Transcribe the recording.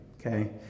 okay